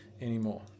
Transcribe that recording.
anymore